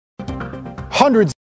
hundreds